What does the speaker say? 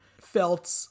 felt